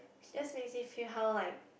it just makes me feel how like